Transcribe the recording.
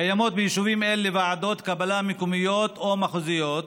קיימות ביישובים אלה ועדות קבלה מקומיות או מחוזיות,